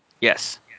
Yes